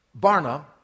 Barna